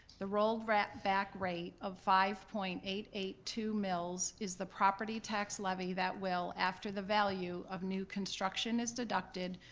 the rolled-back rate of five point eight eight two mills is the property tax levy that will, after the value of new construction is deducted,